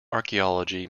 archaeology